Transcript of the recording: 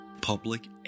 Public